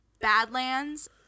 Badlands